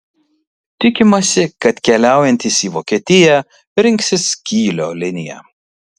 tikimasi kad keliaujantys į vokietiją rinksis kylio liniją